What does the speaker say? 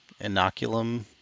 Inoculum